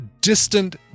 distant